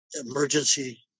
emergency